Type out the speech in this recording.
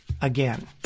again